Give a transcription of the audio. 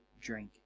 drink